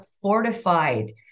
fortified